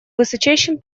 высочайшим